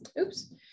oops